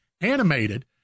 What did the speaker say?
animated